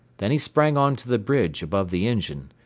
then he sprang on to the bridge above the engine.